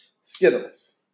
Skittles